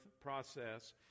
process